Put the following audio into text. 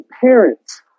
parents